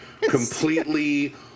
completely